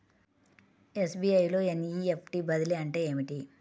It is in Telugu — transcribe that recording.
ఎస్.బీ.ఐ లో ఎన్.ఈ.ఎఫ్.టీ బదిలీ అంటే ఏమిటి?